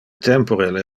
tempore